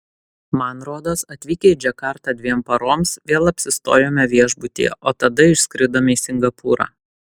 man rodos atvykę į džakartą dviem paroms vėl apsistojome viešbutyje o tada išskridome į singapūrą